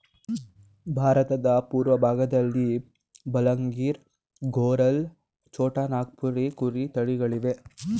ಭಾರತದ ಪೂರ್ವಭಾಗದಲ್ಲಿ ಬಲಂಗಿರ್, ಗರೋಲ್, ಛೋಟಾ ನಾಗಪುರಿ ಕುರಿ ತಳಿಗಳಿವೆ